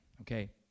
okay